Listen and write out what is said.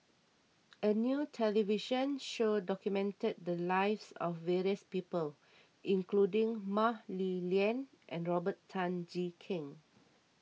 a new television show documented the lives of various people including Mah Li Lian and Robert Tan Jee Keng